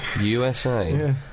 USA